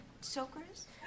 soakers